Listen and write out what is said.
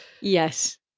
Yes